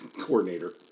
coordinator